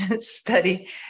study